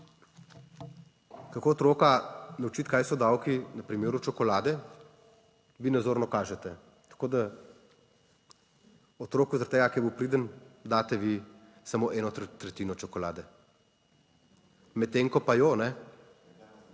kako otroka naučiti kaj so davki na primeru čokolade, vi nazorno kažete, tako da otroku zaradi tega, ker je bil priden, daste vi samo eno tretjino čokolade, medtem ko pa jo ne